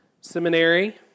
seminary